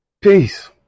Peace